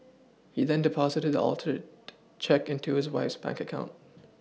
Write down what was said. he then Deposited the altered cheque into his wife's bank account